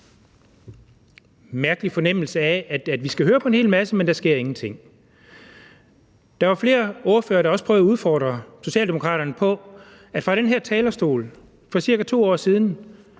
mærkelig fornemmelse af, at vi skal høre på en hel masse, men der sker ingenting. Der var flere ordførere, der også prøvede at udfordre Socialdemokraterne på, at for ca. 2 år siden,